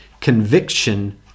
conviction